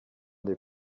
des